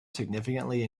significantly